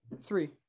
Three